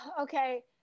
okay